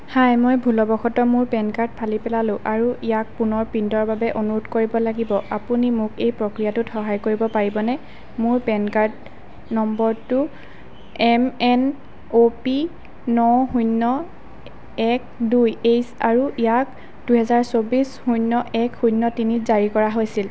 হাই মই ভুলবশতঃ মোৰ পেন কাৰ্ড ফালি পেলালোঁ আৰু ইয়াৰ পুনৰ প্ৰিণ্টৰ বাবে অনুৰোধ কৰিব লাগিব আপুনি মোক এই প্ৰক্ৰিয়াটোত সহায় কৰিব পাৰিবনে মোৰ পেন কাৰ্ড নম্বৰটো এমএনঅ'পি ন শূন্য এক দুই এইচ আৰু ইয়াক দুহেজাৰ চৌব্বিছ শূন্য এক শূন্য তিনিত জাৰী কৰা হৈছিল